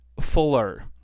fuller